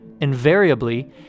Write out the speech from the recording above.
Invariably